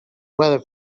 weather